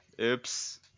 Oops